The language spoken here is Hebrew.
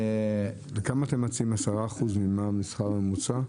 וכמה אתם מציעים, 10% מעל השכר הממוצע?